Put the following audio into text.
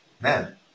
Man